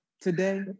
today